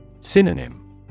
Synonym